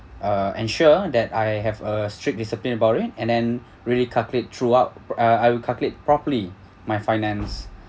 uh ensure that I have a strict discipline about it and then really calculate throughout uh I will calculate properly my finance